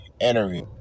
interview